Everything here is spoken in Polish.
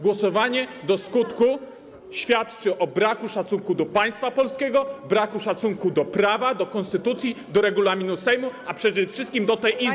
Głosowanie do skutku świadczy o braku szacunku do państwa polskiego, braku szacunku do prawa, do konstytucji, do regulaminu Sejmu, a przede wszystkim do tej Izby.